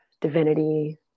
divinity